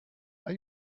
are